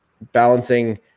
balancing